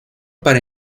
para